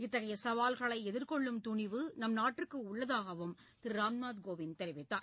இத்தகைய சவால்களை எதிர்கொள்ளும் துணிவு நம்நாட்டிற்கு உள்ளதாகவும் திரு ராம்நாத் கோவிந்த் தெரிவித்தார்